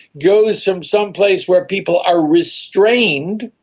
goes from some place where people are restrained,